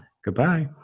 Goodbye